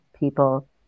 People